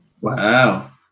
Wow